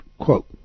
quote